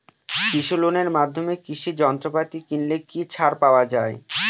কৃষি লোনের মাধ্যমে কৃষি যন্ত্রপাতি কিনলে কি ছাড় পাওয়া যায়?